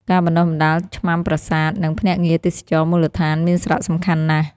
ការបណ្តុះបណ្តាលឆ្មាំប្រាសាទ និងភ្នាក់ងារទេសចរណ៍មូលដ្ឋានមានសារៈសំខាន់ណាស់។